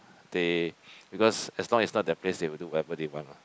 they because along as not their place they will do whatever they want what